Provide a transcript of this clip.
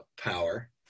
power